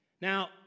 Now